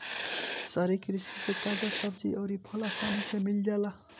शहरी कृषि से ताजा सब्जी अउर फल आसानी से मिल जाला